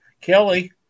Kelly